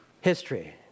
History